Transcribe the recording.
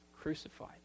crucified